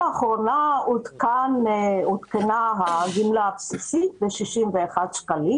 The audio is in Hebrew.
בפעם האחרונה הגמלה הבסיסית עודכנה ב-61 שקלים.